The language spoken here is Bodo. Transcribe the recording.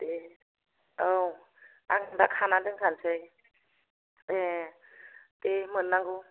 ए औ आं दा खानानै दोनखासै ए दे मोन्नांगौ